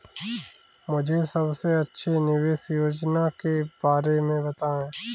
मुझे सबसे अच्छी निवेश योजना के बारे में बताएँ?